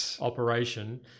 operation